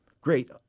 great